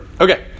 Okay